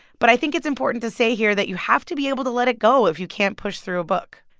but i think it's important to say here that you have to be able to let it go if you can't push through a book.